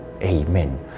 Amen